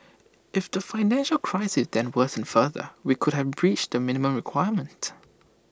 if the financial crisis then worsened further we could have breached the minimum requirement